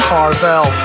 Carvel